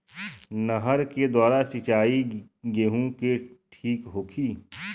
नहर के द्वारा सिंचाई गेहूँ के ठीक होखि?